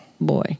boy